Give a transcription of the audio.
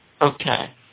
Okay